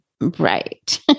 right